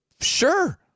Sure